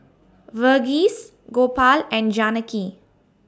Verghese Gopal and Janaki